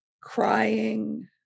crying